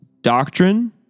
doctrine